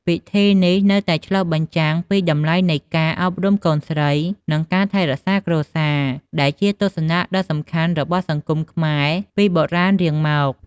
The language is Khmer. ពិធីនេះនៅតែឆ្លុះបញ្ចាំងពីតម្លៃនៃការ អប់រំកូនស្រី និង ការថែរក្សាគ្រួសារ ដែលជាទស្សនៈដ៏សំខាន់របស់សង្គមខ្មែរពីបុរាណរៀងមក។